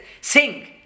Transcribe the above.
sing